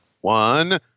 One